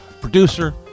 producer